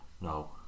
No